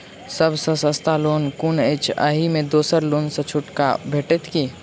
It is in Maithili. सब सँ सस्ता लोन कुन अछि अहि मे दोसर लोन सँ छुटो भेटत की?